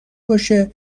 باشه